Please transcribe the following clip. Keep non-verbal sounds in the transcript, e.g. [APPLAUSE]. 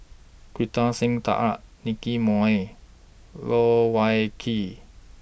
Kartar Singh [UNINTELLIGIBLE] Nicky Moey Loh Wai Kiew